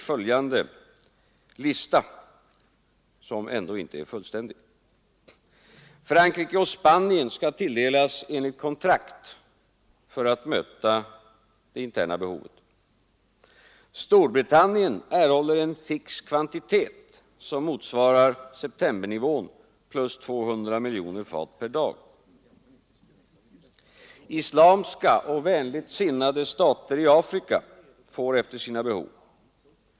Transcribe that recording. Följande lista är inte fullständig: Frankrike och Spanien skall tilldelas enligt kontrakt för att möta intern efterfrågan. Islamska och vänligt sinnade stater i Afrika får efter sina behov.